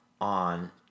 on